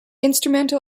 instrumental